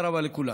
תודה רבה לכולם.